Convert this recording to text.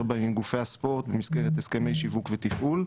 בהם עם גופי הספורט במסגרת הסכמי שיווק ותפעול.